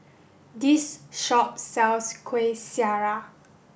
this shop sells Kuih Syara